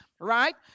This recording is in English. right